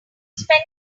spend